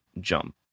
jump